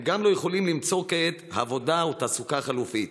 הם גם לא יכולים למצוא כעת עבודה או תעסוקה חלופית.